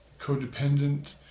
Codependent